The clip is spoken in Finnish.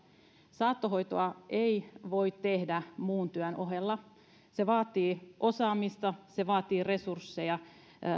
saattohoitoa ei voi tehdä muun työn ohella se vaatii osaamista se vaatii resursseja